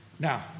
Now